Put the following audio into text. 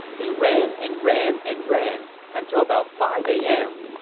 they ran and ran and ran until about five a m.